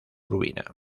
urbina